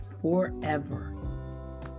forever